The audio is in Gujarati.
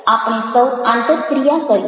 આપણે સૌ આંતરક્રિયા કરીએ